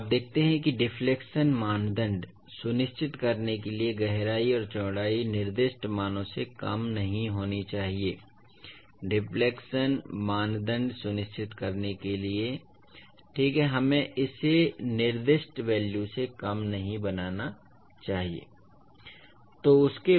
और आप देखते हैं कि डिफ्लेक्शन मानदंड सुनिश्चित करने के लिए गहराई और चौड़ाई निर्दिष्ट मानों से कम नहीं होनी चाहिए डिफ्लेक्शन मानदंड सुनिश्चित करने के लिए ठीक है हमें इसे निर्दिष्ट वैल्यू से कम नहीं बनाना चाहिए ठीक है